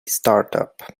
startup